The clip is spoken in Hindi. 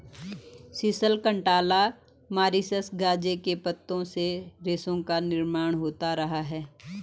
सीसल, कंटाला, मॉरीशस गांजे के पत्तों से रेशों का निर्माण होता रहा है